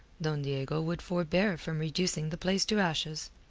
don diego would forbear from reducing the place to ashes.